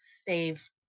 save